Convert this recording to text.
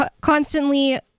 constantly